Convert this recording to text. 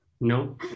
No